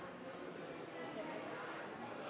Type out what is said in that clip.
neste